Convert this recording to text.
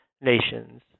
nations